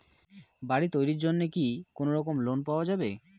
বাড়ি তৈরির জন্যে কি কোনোরকম লোন পাওয়া যাবে?